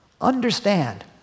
understand